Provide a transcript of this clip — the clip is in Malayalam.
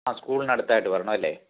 ആ സ്കൂളിന് അടുത്തായിട്ട് വരണം അല്ലേ